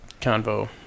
convo